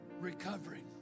recovering